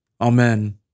Amen